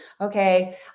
okay